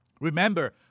Remember